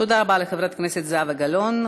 תודה רבה לחברת הכנסת זהבה גלאון.